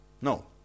No